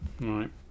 Right